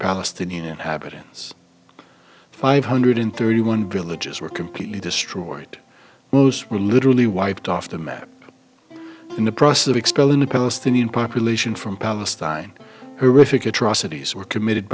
palestinian habitants five hundred thirty one villages were completely destroyed most were literally wiped off the map in the process of expelling the palestinian population from palestine horrific atrocities were committed